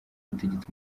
butegetsi